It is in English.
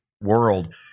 World